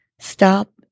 Stop